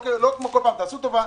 לא כמו כל פעם: תעשו טובה,